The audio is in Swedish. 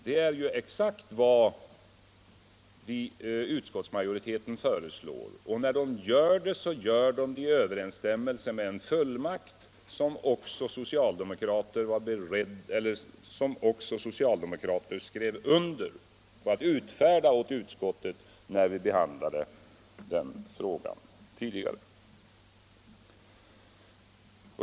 Det är exakt vad utskottsmajoriteten föreslår, och det gör den i överensstämmelse med en fullmakt för utskottet, som skrevs på också av socialdemokraterna när frågan behandlades tidigare.